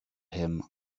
him